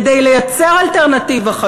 כדי לייצר אלטרנטיבה.